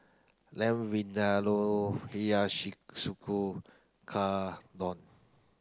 Lamb Vindaloo Hiyashi